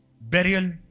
Burial